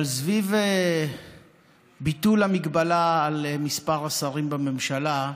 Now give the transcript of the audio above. אבל סביב ביטול המגבלה על מספר השרים בממשלה,